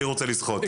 אני רוצה לשחות.